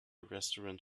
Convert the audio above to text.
restaurant